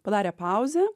padarė pauzę